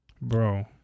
Bro